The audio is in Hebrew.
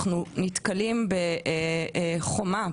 אנחנו נתקלים בחומה,